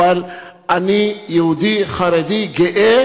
אבל אני יהודי חרדי גאה,